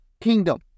kingdom